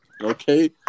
Okay